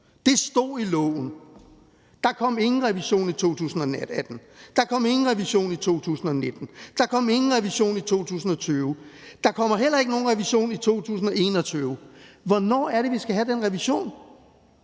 Det stod der i loven. Men der kom ingen revision i 2018, der kom ingen revision i 2019, der kom ingen revision i 2020, og der kommer heller ikke nogen revision i 2021. Hvornår er det, vi skal have den revision?